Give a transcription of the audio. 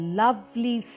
lovely